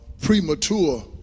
Premature